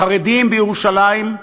החרדים בירושלים,